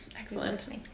Excellent